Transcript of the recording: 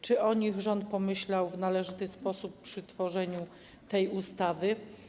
Czy o nich rząd pomyślał w należyty sposób przy tworzeniu tej ustawy?